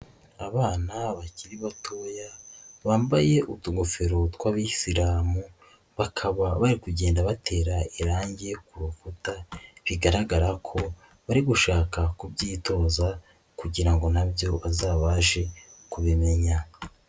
Abana bakiri batoya bambaye utugofero tw'abisilamu, bakaba bari kugenda batera irange ku rukuta bigaragara ko bari gushaka kubyitoza kugira ngo na byo bazabashe kubimenya.